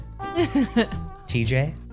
TJ